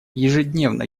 ежедневно